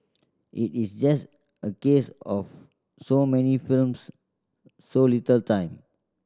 it is just a case of so many films so little time